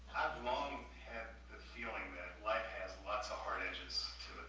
long had the feeling that life has lots of hard edges to it.